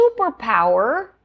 superpower